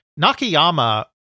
Nakayama